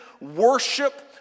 worship